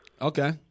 Okay